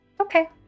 Okay